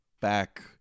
back